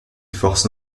force